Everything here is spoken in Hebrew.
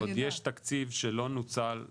עוד יש תקציב שלא נוצל.